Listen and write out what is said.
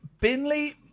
Binley